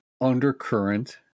undercurrent